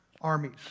armies